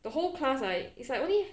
the whole class I is like only